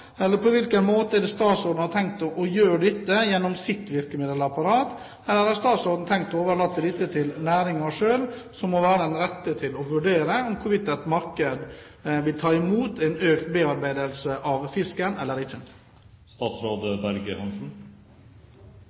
På hvilken måte har statsråden tenkt å gjøre dette gjennom sitt virkemiddelapparat? Eller har statsråden tenkt å overlate dette til næringen selv, som må være den rette til å vurdere hvorvidt et marked vil ta imot en økt bearbeidelse av fisken, eller ikke?